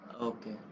Okay